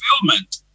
fulfillment